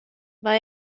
war